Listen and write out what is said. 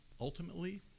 ultimately